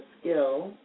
skill